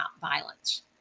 violence